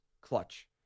clutch